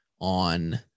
on